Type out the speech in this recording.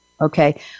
Okay